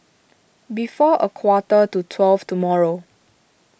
before a quarter to twelve tomorrow